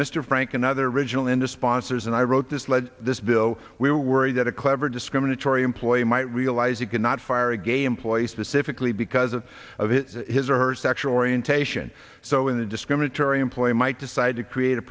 mr frank another original in the sponsors and i wrote this lead this bill we were worried that a clever discriminatory employer might realize you cannot fire again employees specifically because of his or her sexual orientation so when the discriminatory employer might decide to create a